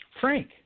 Frank